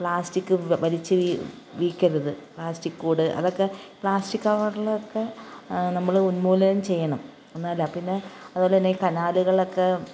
plastic വ വലിച്ച് വീ വീക്കരുത് പ്ലാസ്റ്റിക്കൂട് അതൊക്കെ പ്ലാസ്റ്റിക്കവരിലൊക്കെ നമ്മൾ ഉന്മൂലനം ചെയ്യണം എന്നാലെ പിന്നെ അതു പോലെ തന്നെ ഇ കനാലുകളൊക്കെ